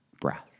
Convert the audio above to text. breath